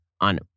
on